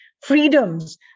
freedoms